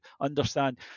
understand